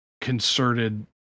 concerted